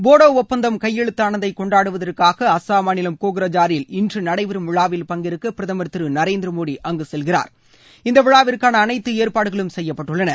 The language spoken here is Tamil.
போடோ ஒப்பந்தம் கையெழுத்தானதை கொண்டாடுவதற்காக அஸ்ஸாம் மாநிலம் கோக்ரஜாரில் இன்று நடைபெறும் விழாவில் பங்கேற்க் பிரதமர் திரு நரேந்திர மோடி அங்கு செல்னகிறார் இந்த விழாவிற்கான அனைத்து ஏற்பாடுகளும் செய்யப்பட்டுள்ளன